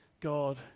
God